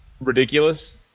ridiculous